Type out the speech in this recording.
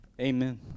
Amen